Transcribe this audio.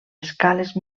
escales